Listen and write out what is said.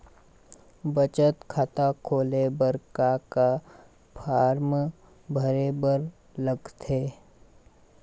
बचत खाता खोले बर का का फॉर्म भरे बार लगथे?